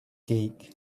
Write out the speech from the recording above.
geek